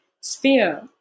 sphere